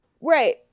Right